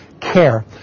care